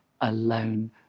alone